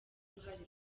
uruhare